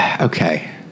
okay